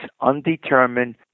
undetermined